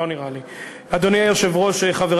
חבר